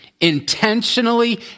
intentionally